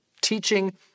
teaching